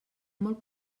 molt